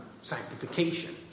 sanctification